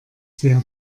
sehr